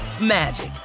magic